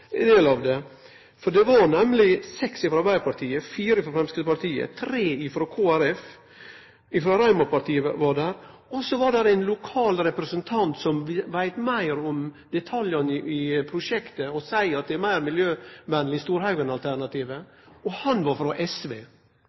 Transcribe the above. for det var seks frå Arbeidarpartiet, fire frå Framstegspartiet, tre frå Kristeleg Folkeparti, ein frå Raumapartiet, og så var det ein lokal representant som veit meir om detaljane i prosjektet. Han sa at det er meir miljøvenleg med Storhaugen-alternativet – og han var frå SV.